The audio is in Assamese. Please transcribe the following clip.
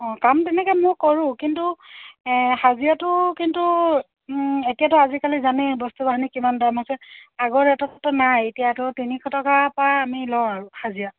অঁ কাম তেনেকে মই কৰোঁ কিন্তু হাজিৰাটো কিন্তু এতিয়াতো আজিকালি জানেই বস্তু বাহানী কিমান দাম হৈছে আগৰ ৰেটততো নাই এতিয়াতো তিনিশ টকাপা আমি লওঁ আৰু হাজিৰা